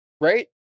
right